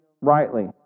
rightly